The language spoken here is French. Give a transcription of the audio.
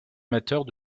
amateurs